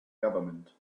government